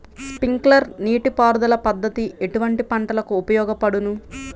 Sprinkler నీటిపారుదల పద్దతి ఎటువంటి పంటలకు ఉపయోగపడును?